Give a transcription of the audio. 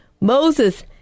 Moses